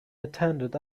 attended